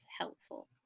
helpful